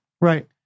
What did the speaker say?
Right